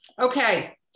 Okay